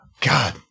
God